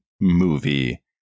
movie